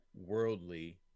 worldly